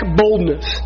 boldness